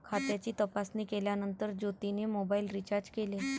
खात्याची तपासणी केल्यानंतर ज्योतीने मोबाइल रीचार्ज केले